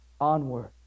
onward